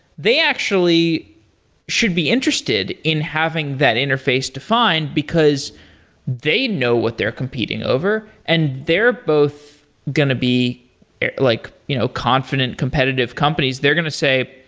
they actually should be interested in having that interface defined, because they know what they're competing over and they're both going to be like you know confident, competitive companies. they're going to say,